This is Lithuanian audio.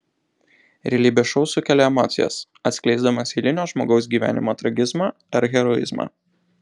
realybės šou sukelia emocijas atskleisdamas eilinio žmogaus gyvenimo tragizmą ar heroizmą